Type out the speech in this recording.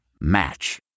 Match